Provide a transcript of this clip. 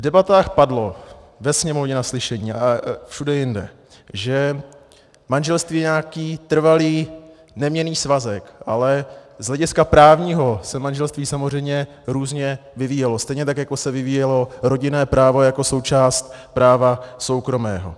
V debatách padlo, ve Sněmovně na slyšení a všude jinde, že manželství je nějaký trvalý neměnný svazek, ale z hlediska právního se manželství samozřejmě různě vyvíjelo, stejně tak jako se vyvíjelo rodinné právo jako součást práva soukromého.